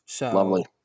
Lovely